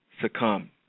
succumb